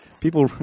People